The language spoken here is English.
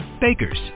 Bakers